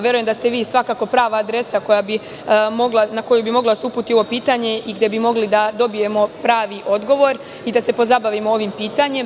Verujem da ste vi svakako prava adresa na koju bi moglo da se uputi ovo pitanje i gde bi mogli da dobijemo pravi odgovor i da se pozabavimo ovim pitanjem.